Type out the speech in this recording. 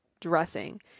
dressing